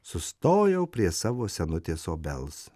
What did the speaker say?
sustojau prie savo senutės obels